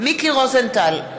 מיקי רוזנטל,